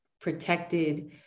protected